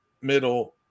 middle